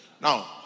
Now